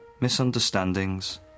misunderstandings